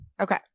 Okay